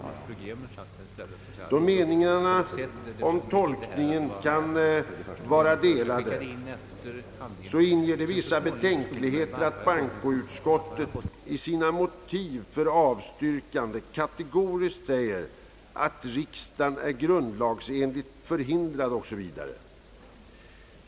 Eftersom meningarna om tolkningen kan vara delade inger det vissa betänkligheter att bankoutskottet i sina motiv för avstyrkandet kategoriskt uttalar att »riksdagen är grundlagsenligt förhindrad» att handla på sätt motionärerna föreslagit. Herr talman!